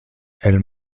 elle